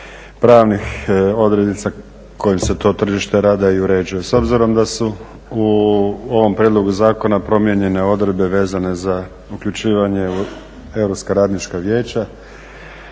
pravnih odrednica kojim se to tržište rada i uređuje. S obzirom da su u ovom prijedlogu zakona promijenjene odredbe vezane za uključivanje u europska radnička vijeća